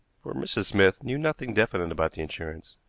for mrs. smith knew nothing definite about the insurance,